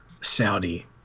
Saudi